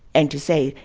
and to say,